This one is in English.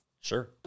Sure